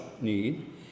need